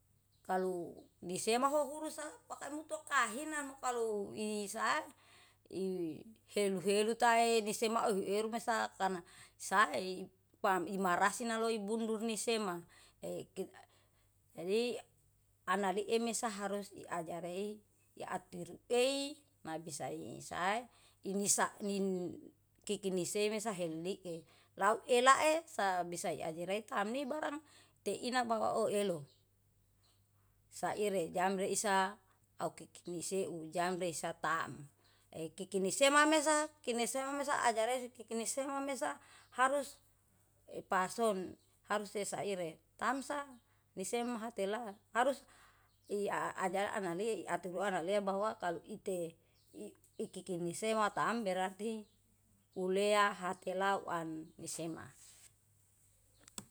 Kalu nisema hurusapaka mutukahina mukalu issa i helu-helu tae nisema uhueru mesa karna sai pam imarahisina loi bundur nisema. Jaji analii mesa harus ajarei yaatur ei nabisa i sa inisa nin kikini se mesa helika lau elae sabisa ajireta tamni barang teina ma uelo. Saire jamrii sa au kikini seu jamresa taem. Ekikini sema mesa kini sema mesa ajaresi kikini sema mesa harus pahson. Harus sesaire, tamsa nisemhatela harus iajari anali atu analeba wah kalu ite ikikini sema tam berarti ulea hatelau an nisema.